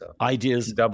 ideas